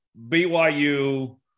BYU